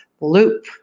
loop